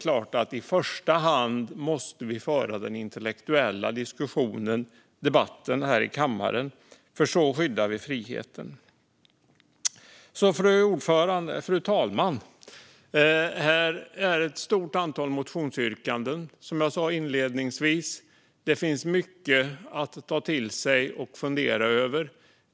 I första hand måste vi föra den intellektuella diskussionen och debatten här i kammaren, för så skyddar vi friheten. Fru talman! Här är ett stort antal motionsyrkanden, som jag sa inledningsvis. Det finns mycket att ta till sig och fundera över.